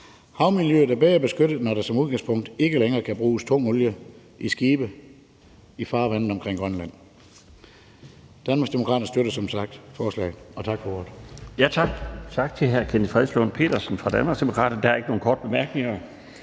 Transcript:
Havmiljøet er bedre beskyttet, når der som udgangspunkt ikke længere kan bruges tung olie på skibe i farvandene omkring Grønland.